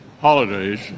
holidays